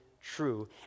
true